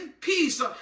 peace